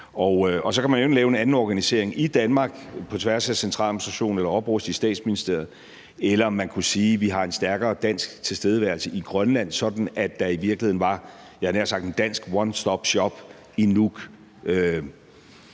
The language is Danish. man jo enten lave en anden organisering i Danmark på tværs af centraladministrationen eller opruste i Statsministeriet, eller man kunne sige, at vi har en stærkere dansk tilstedeværelse i Grønland, sådan at der i virkeligheden var, jeg havde nær sagt en dansk onestopshop i Nuuk,